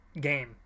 game